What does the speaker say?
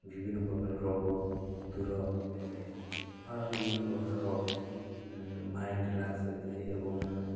ବିଭିନ୍ନ ପ୍ରକାର ରୋଗ ଦୂର ହୋଇଥାଏ ବା ବିଭିନ୍ନ ପ୍ରକାର ମାଇଣ୍ଡ୍ ରିଲାକ୍ସ ହୋଇଥାଏ ଏବଂ